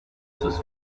sus